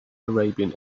arabian